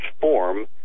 form